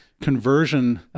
conversion